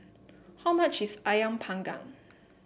how much is ayam Panggang